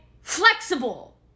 flexible